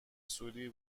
سوری